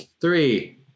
Three